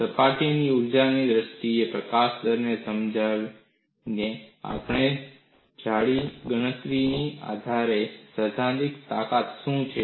સપાટીની ઊર્જાની દ્રષ્ટિએ પ્રતિકારને સમજાવીને આપણે જાળીની ગણતરીના આધારે સૈદ્ધાંતિક તાકાત શું છે